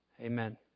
Amen